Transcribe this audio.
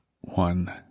One